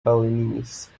balinese